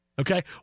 Okay